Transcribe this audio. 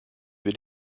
wie